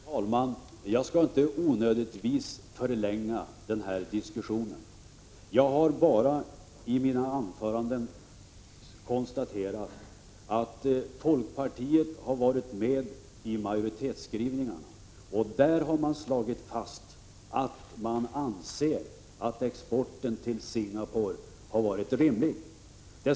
Fru talman! Jag skall inte onödigtvis förlänga den här diskussionen. Jag har bara i mina anföranden konstaterat att folkpartiet har varit med om majoritetsskrivningarna. Där har det slagits fast att man anser att storleken av exporten till Singapore har varit rimlig.